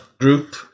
group